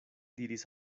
diris